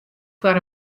foar